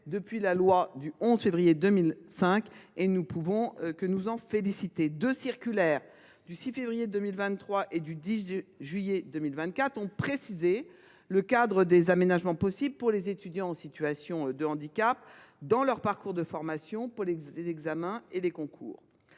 depuis la loi du 11 février 2005. Nous ne pouvons que nous en féliciter. Deux circulaires, du 6 février 2023 et du 10 juillet 2024, ont précisé le cadre des aménagements possibles pour les étudiants en situation de handicap dans leur parcours de formation et pour les examens et concours.